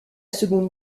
seconde